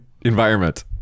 environment